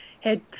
head